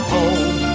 home